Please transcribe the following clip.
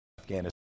afghanistan